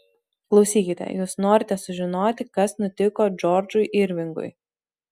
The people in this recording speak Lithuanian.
klausykite jūs norite sužinoti kas nutiko džordžui irvingui